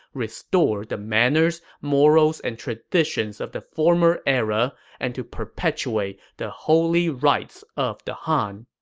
restore the manners, morals, and traditions of the former era, and to perpetuate the holy rites of the han.